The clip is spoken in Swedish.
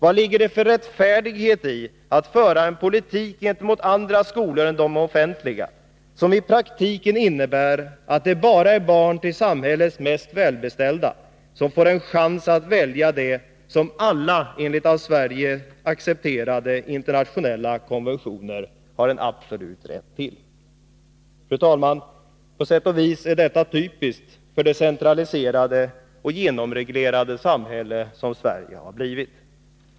Vad ligger det för rättfärdighet i att gentemot andra skolor än de offentliga föra en politik som i praktiken innebär att det bara är barn till samhällets mest välbeställda som får en chans att välja det alla, enligt av Sverige accepterade internationella konventioner, har en absolut rätt till? Fru talman, på sätt och vis är detta typiskt för det centraliserade och genomreglerade samhälle Sverige har blivit.